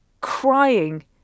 crying